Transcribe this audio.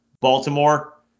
Baltimore